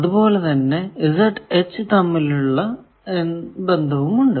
അതുപോലെ തന്നെ Z H എന്നിവ തമ്മിലും ബന്ധം ഉണ്ട്